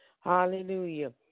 Hallelujah